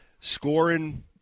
scoring